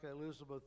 Elizabeth